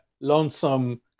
lonesome